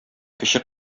кече